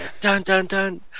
dun-dun-dun